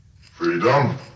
Freedom